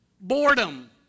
Boredom